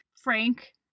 Frank